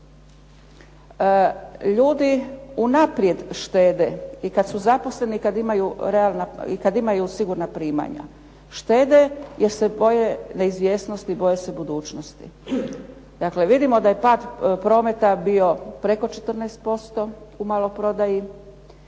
Ljudi unaprijed štede i kada su zaposleni i kada imaju sigurna primanja, štede jer se boje neizvjesnosti boje se budućnosti. Dakle, vidimo da je pad prometa bio preko 14% u maloprodaji